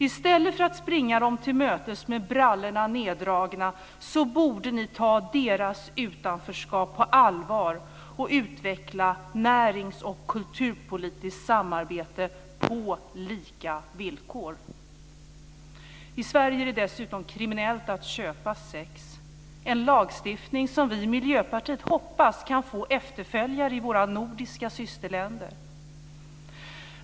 I stället för att springa dem till mötes med brallorna neddragna borde ni ta deras utanförskap på allvar och utveckla närings och kulturpolitiskt samarbete på lika villkor. I Sverige är det dessutom kriminellt att köpa sex - en lagstiftning som vi i Miljöpartiet hoppas kan få efterföljare i våra nordiska systerländer.